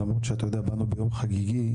למרות שאתה יודע, באנו ביום חגיגי,